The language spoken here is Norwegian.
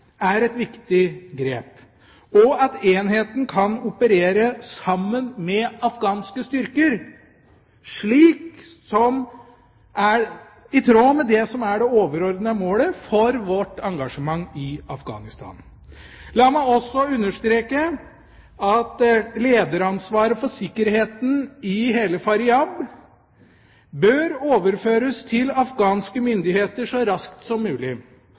er et viktig grep, og at enheten kan operere sammen med afghanske styrker, er i tråd med det som er det overordnede målet for vårt engasjement i Afghanistan. La meg også understreke at lederansvaret for sikkerheten i hele Faryab bør overføres til afghanske myndigheter så raskt som mulig.